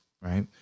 right